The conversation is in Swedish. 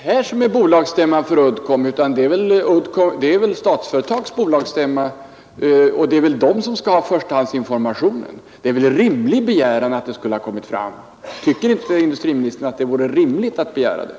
Herr talman! Det är väl inte detta som är bolagsstämman för Uddcomb utan det är väl Statsföretags bolagsstämma och det är väl den som skall ha förstahandsinformationer. Det är väl en rimlig begäran att de skulle ha lämnats. Tycker inte industriministern att det vore rimligt att begära det?